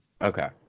Okay